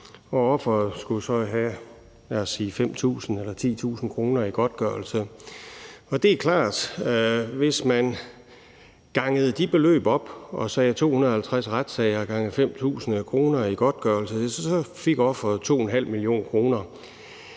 Offeret skulle så have, lad os sige 5.000 eller 10.000 kr. i godtgørelse. Og det er klart, at hvis man gangede de beløb op og sagde: 250 retssager gange 5.000 kr. i godtgørelse, så ville ofret få 2,5 mio. kr.